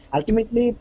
Ultimately